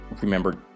remember